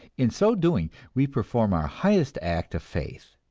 in so doing we perform our highest act of faith,